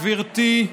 גברתי,